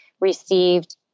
received